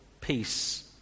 peace